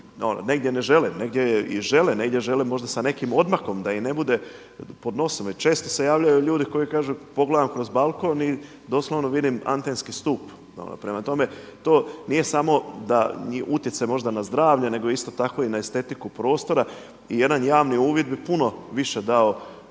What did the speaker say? negdje ne žele, negdje i žele, negdje žele možda sa nekim odmakom da im ne bude pod nosom. Jer često se javljaju ljudi koji kažu pogledam kroz balkon i doslovno vidim antenski stup. Prema tome, to nije samo da i utjecaj na zdravlje nego isto tako i na estetiku prostora i jedan javni uvid bi puno više dao